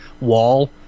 wall